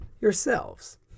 yourselves